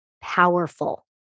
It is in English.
powerful